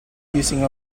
using